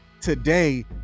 today